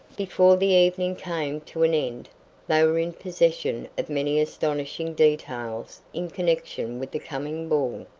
before the evening came to an end they were in possession of many astonishing details in connection with the coming ball.